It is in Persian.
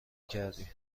کردی